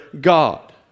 God